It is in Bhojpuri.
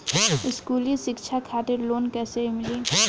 स्कूली शिक्षा खातिर लोन कैसे मिली?